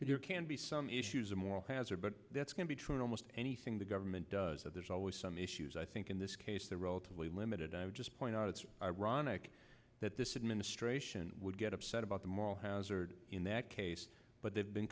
say you can be some issues a moral hazard but that's going be true in almost anything the government does that there's always some issues i think in this case that relatively limited i would just point out it's ironic that this administration would get upset about the moral hazard in that case but they've been